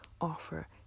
offer